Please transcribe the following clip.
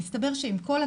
מסתבר שעם כל הכבוד,